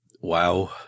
wow